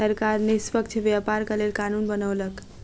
सरकार निष्पक्ष व्यापारक लेल कानून बनौलक